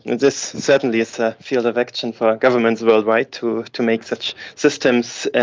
this certainly is a field of action for governments worldwide to to make such systems